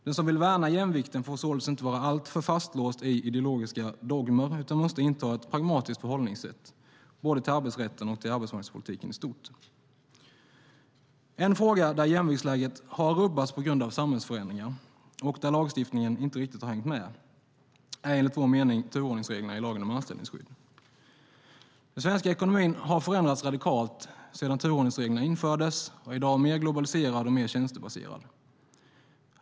Den som vill värna jämvikten får således inte vara alltför fastlåst i ideologiska dogmer utan måste inta ett pragmatiskt förhållningssätt, både till arbetsrätten och till arbetsmarknadspolitiken i stort. En fråga där jämviktsläget har rubbats på grund av samhällsförändringar och där lagstiftningen inte riktigt har hängt med är enligt vår mening turordningsreglerna i lagen om anställningsskydd. Den svenska ekonomin har förändrats radikalt sedan turordningsreglerna infördes och är i dag mer globaliserad och tjänstebaserad.